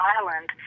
Island